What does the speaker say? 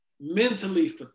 mentally